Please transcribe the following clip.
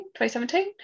2017